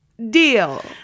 Deal